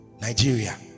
Nigeria